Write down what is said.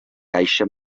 caixa